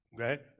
okay